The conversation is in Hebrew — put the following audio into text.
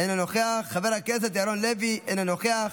אינו נוכח, חבר הכנסת ירון לוי, אינו נוכח.